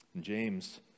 James